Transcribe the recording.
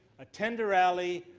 attend a rally,